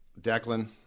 Declan